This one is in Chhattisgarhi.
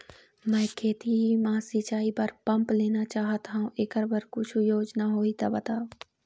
मैं खेती म सिचाई बर पंप लेना चाहत हाव, एकर बर कुछू योजना होही त बताव?